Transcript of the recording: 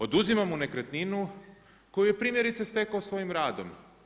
Oduzima mu nekretninu koju je primjerice stekao svojim radom.